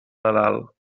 nadal